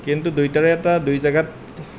কিন্তু দুইটাৰে এটা দুই জেগাত